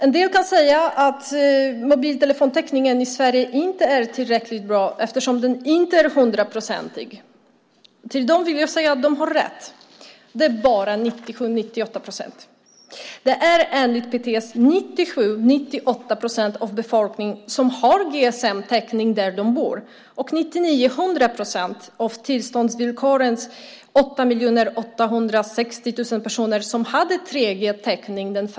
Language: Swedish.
En del kan säga att mobiltelefontäckningen i Sverige inte är tillräckligt bra eftersom den inte är hundraprocentig. Till dem vill jag säga att de har rätt; den är bara 97-98-procentig. Enligt PTS har 97-98 procent av befolkningen GSM-täckning där de bor, och den 1 december 2006 hade 99-100 procent av tillståndsvillkorens 8 860 000 personer 3 G-täckning.